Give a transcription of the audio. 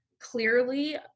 clearly